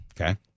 Okay